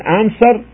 answer